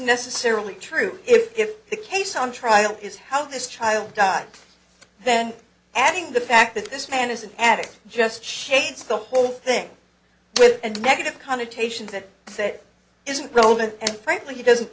necessarily true if the case on trial is how this child died then adding the fact that this man is an addict just shakes the whole thing with a negative connotation to say isn't relevant and frankly he doesn't